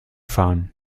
fahren